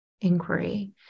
inquiry